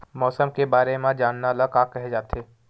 मौसम के बारे म जानना ल का कहे जाथे?